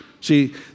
See